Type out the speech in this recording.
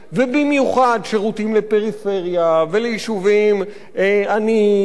ובמיוחד שירותים לפריפריה וליישובים עניים